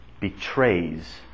betrays